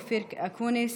אופיר אקוניס,